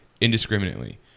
indiscriminately